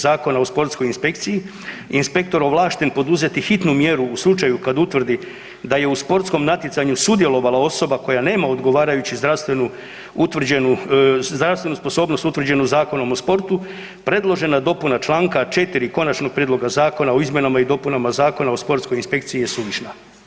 Zakona o sportskoj inspekciji inspektor ovlašten poduzeti hitnu mjeru u slučaju kad utvrdi da je u sportskom natjecanju sudjelovala osoba koja nema odgovarajuću zdravstvenu sposobnost utvrđenu Zakonom o sportu, predložena dopuna čl. 4. konačnog prijedloga zakona o izmjenama i dopunama Zakona o sportskoj inspekciji je suvišna.